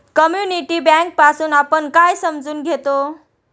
Community bank पासुन आपण काय समजून घेतो?